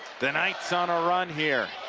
the knights on a run here.